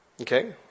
okay